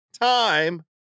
time